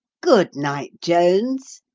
good-night, jones,